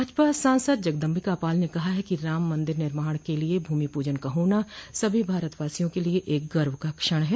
भाजपा सांसद जगदम्बिकापाल ने कहा है कि राम मंदिर निर्माण के लिए भूमि पूजन का होना सभी भारतवासियों के लिए एक गर्व का क्षण है